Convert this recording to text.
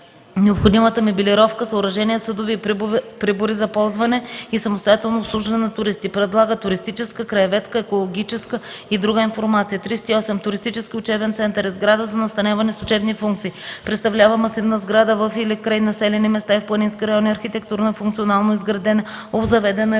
най-необходимата мебелировка, съоръжения, съдове и прибори за ползване и самостоятелно обслужване на туристи. Предлага туристическа, краеведска, екологическа и друга информация. 38. „Туристически учебен център” е сграда за настаняване с учебни функции. Представлява масивна сграда във или край населени места и в планински райони, архитектурно и функционално изградена, обзаведена и